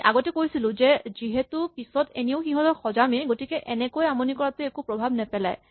আমি আগতে কৈছিলো যে আমি যিহেতু পিছত এনেও ইহঁতক সজামেই গতিকে এনেকে আমনি কৰাটোৱে একো প্ৰভাৱ নেপেলায়